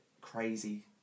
crazy